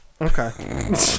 Okay